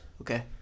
Okay